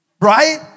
Right